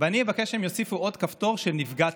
ואני אבקש שהן יוסיפו עוד כפתור של "נפגעתי".